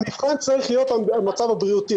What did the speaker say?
המבחן צריך להיות המצב הבריאותי.